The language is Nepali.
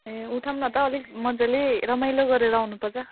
ए उठाउँ न त अलिक मज्जाले रमाइलो गरेर आउनुपर्छ